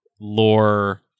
lore